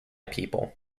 people